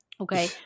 Okay